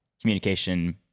communication